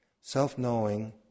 Self-knowing